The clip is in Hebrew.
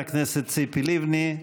לחברת הכנסת ציפי לבני.